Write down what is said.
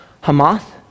Hamath